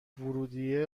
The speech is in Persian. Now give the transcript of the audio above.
ورودیه